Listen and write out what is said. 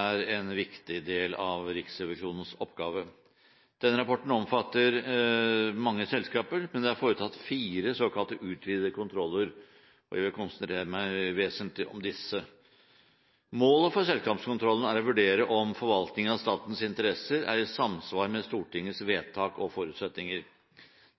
er en viktig del av Riksrevisjonens oppgaver. Denne rapporten omfatter mange selskaper, men det er foretatt fire såkalte utvidede kontroller. Jeg konsentrerer meg vesentlig om disse. Målet for selskapskontrollen er å vurdere om forvaltningen av statens interesser er i samsvar med Stortingets vedtak og forutsetninger.